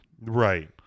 right